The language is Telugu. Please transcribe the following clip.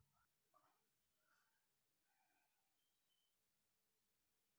ఎన్.బీ.ఎఫ్.సి లలో బంగారు ఋణం తీసుకుంటే మా బంగారంకి భద్రత ఉంటుందా?